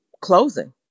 closing